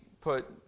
put